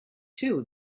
too